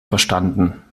verstanden